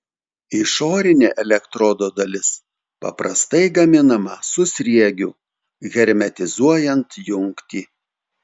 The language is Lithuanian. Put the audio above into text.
išorinė elektrodo dalis paprastai gaminama su sriegiu hermetizuojant jungtį